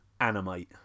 animate